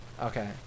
Okay